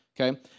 okay